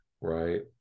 Right